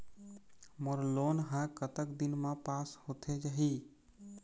मोर loan हा कतक दिन मा पास होथे जाही?